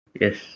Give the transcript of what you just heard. yes